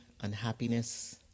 unhappiness